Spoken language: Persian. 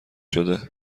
شده